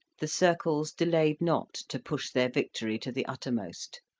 the circles delayed not to push their victory to the uttermost.